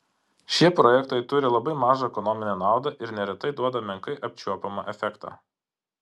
šie projektai turi labai mažą ekonominę naudą ir neretai duoda menkai apčiuopiamą efektą